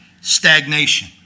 stagnation